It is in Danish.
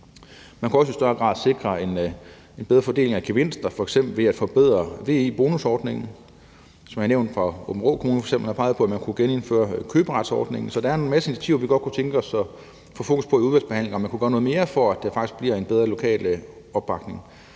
Man kunne også i større grad sikre en bedre fordeling af gevinster, f.eks. ved at forbedre VE-bonusordningen. Som jeg nævnte, har Aabenraa Kommune f.eks. peget på, at man kunne gennemføre køberetsordningen. Så der er en masse initiativer, vi godt kunne tænke os at få fokus på i udvalgsbehandlingen – om man kunne gøre noget mere, for at der faktisk kommer en større lokal opbakning.